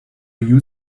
you